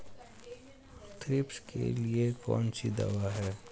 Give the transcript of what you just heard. Thrips के लिए कौन सी दवा है?